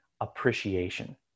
appreciation